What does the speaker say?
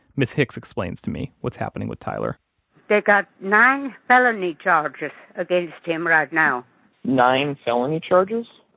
ms. hicks explains to me what's happening with tyler they got nine felony charges against him right now nine felony charges?